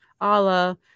Allah